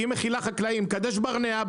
היא מכילה חקלאים מקדש ברנע,